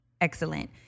excellent